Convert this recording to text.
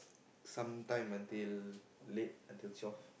some time until late until twelve